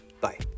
Bye